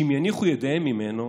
שאם יניחו ידיהם ממנו